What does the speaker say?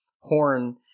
horn